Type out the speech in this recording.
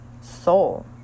soul